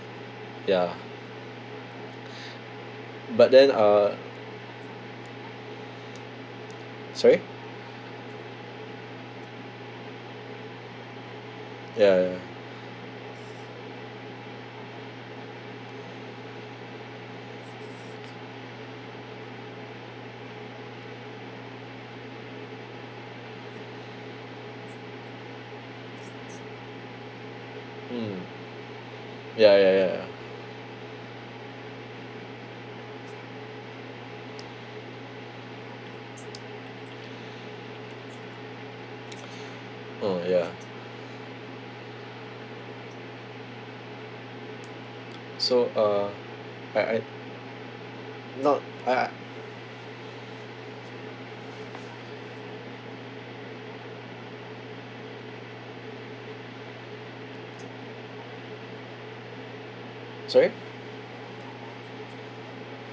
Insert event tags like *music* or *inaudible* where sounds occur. ya *breath* but then uh sorry ya ya mm ya ya ya ya oh ya so uh I I not I I sorry